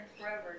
forever